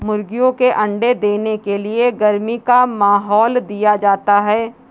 मुर्गियों के अंडे देने के लिए गर्मी का माहौल दिया जाता है